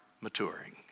maturing